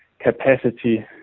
capacity